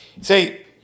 Say